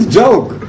joke